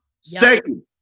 Second